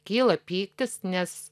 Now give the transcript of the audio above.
kyla pyktis nes